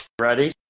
Ready